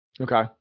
Okay